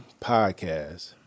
podcast